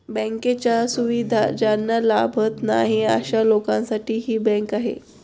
बँकांच्या सुविधा ज्यांना लाभत नाही अशा लोकांसाठी ही बँक आहे